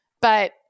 but-